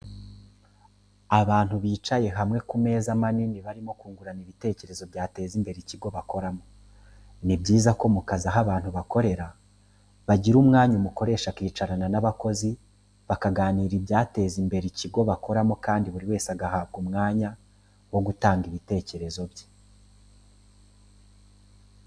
Abantu bicaye hamwe ku meza manini barimo kungurana ibitekerezo byateza imbere ikigo bakoramo. Ni byiza ko mu kazi aho abantu bakorera bagira umwanya umukoresha akicarana n'abakozi bakaganira ibyateza imbere ikigo bakoramo kandi buri wese agahabwa umwanya wo gutanga ibitekerezo bye.